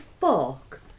fuck